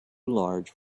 large